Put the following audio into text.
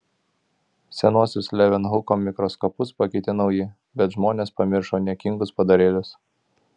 senuosius levenhuko mikroskopus pakeitė nauji bet žmonės pamiršo niekingus padarėlius